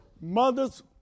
mothers